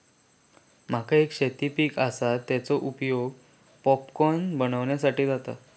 मका एक शेती पीक आसा, तेचो उपयोग पॉपकॉर्न बनवच्यासाठी जाता